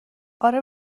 اره